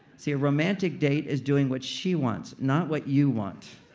see, a romantic date is doing what she wants, not what you want.